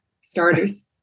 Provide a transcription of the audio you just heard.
starters